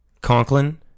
Conklin